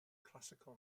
classical